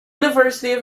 university